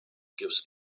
gives